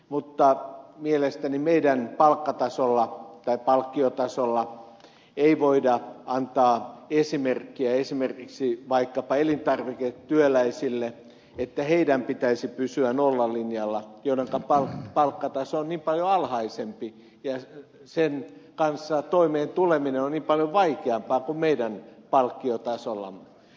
mutta mielestäni meidän palkkatasollamme tai palkkiotasollamme ei voida antaa esimerkkiä esimerkiksi vaikkapa elintarviketyöläisille että heidän pitäisi pysyä nollalinjalla kun palkkataso on niin paljon alhaisempi ja sen kanssa toimeen tuleminen on niin paljon vaikeampaa kuin meidän palkkiotasollamme